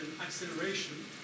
acceleration